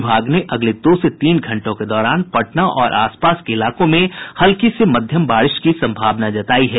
विभाग ने अगले दो से तीन घंटों के दौरान पटना और आसपास के इलाकों में हल्की से मध्यम बारिश की सम्भावना जतायी है